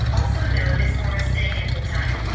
also known as morris day and the time,